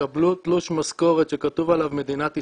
יקבלו תלוש משכורת שכתוב עליו 'מדינת ישראל'.